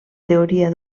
teoria